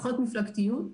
פחות מפלגתיות,